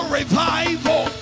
revival